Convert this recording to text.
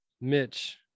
Mitch